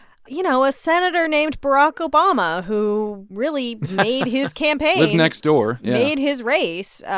you know, a senator named barack obama who really made his campaign. lived next door. made his race,